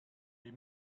les